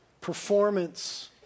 performance